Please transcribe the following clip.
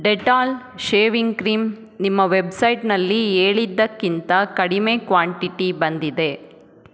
Dettol shaving cream ನಿಮ್ಮ ವೆಬ್ಸೈಟ್ನಲ್ಲಿ ಹೇಳಿದ್ದಕ್ಕಿಂತ ಕಡಿಮೆ ಕ್ವಾಂಟಿಟಿ ಬಂದಿದೆ